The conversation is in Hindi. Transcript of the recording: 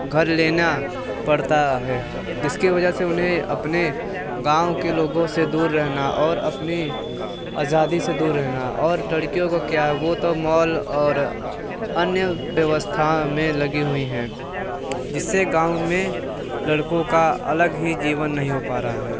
घर लेना पड़ता है जिसके वजह से उन्हें अपने गाँव के लोगों से दूर रहना और अपनी आज़ादी से दूर रहना और लड़कियों का क्या है वह तो मॉल और अन्य व्यवस्था में लगी हुई हैं जिससे गाँव में लड़कों का अलग ही जीवन नहीं हो पा रहा है